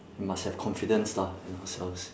we must have confidence lah in ourselves